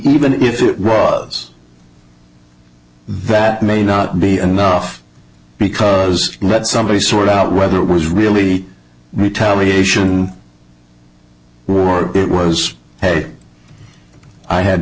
even if it was that may not be enough because let somebody sort out whether it was really retaliation or it was ok i had